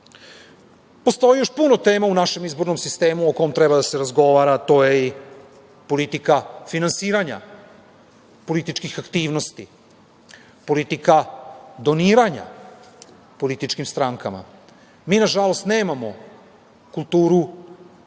glasova. Postoji još puno tema u našem izbornom sistemu o kojima treba da se razgovara, a to je i politika finansiranja političkih aktivnosti, politika doniranja političkim strankama. Nažalost, nemamo kulturu velikog